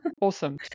awesome